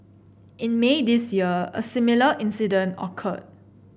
in May this year a similar incident occurred